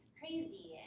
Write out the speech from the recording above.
crazy